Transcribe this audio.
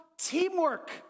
teamwork